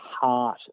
heart